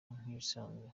nk’ibisanzwe